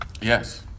Yes